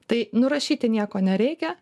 tai nurašyti nieko nereikia